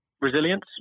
Resilience